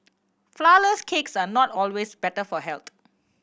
flourless cakes are not always better for health